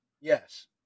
yes